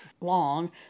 long